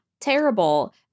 terrible